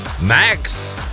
Max